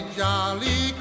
jolly